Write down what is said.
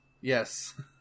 Yes